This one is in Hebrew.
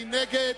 מי נגד?